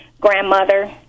grandmother